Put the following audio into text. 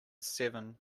seven